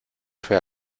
fue